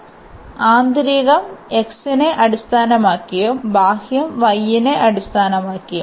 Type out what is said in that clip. അതിനാൽ ആന്തരികം x നെ അടിസ്ഥാനമാക്കിയും ബാഹ്യം y നെ അടിസ്ഥാനമാക്കിയും